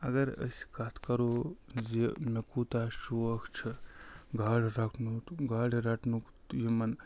اگر أسۍ کَتھ کَرو زِ مےٚ کوٗتاہ شوق چھِ گاڈٕ گاڈٕ رٹنُک تہٕ یِمَن